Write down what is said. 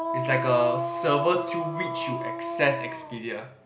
it's like a server through which you access Expedia